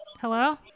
hello